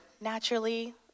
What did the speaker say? naturally